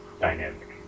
dynamic